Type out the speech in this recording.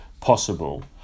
possible